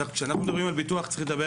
כשאנחנו מדברים על ביטוח צריך לדבר